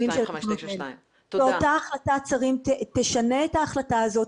אותה החלטה 2592. שאותה החלטת שרים תשנה את ההחלטה הזאת.